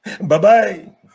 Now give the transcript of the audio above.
bye-bye